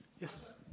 Yes